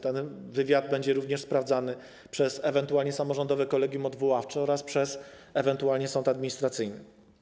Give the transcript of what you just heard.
Ten wywiad będzie również sprawdzany ewentualnie przez samorządowe kolegium odwoławcze oraz ewentualnie sąd administracyjny.